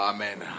Amen